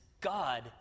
God